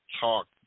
talk